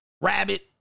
Rabbit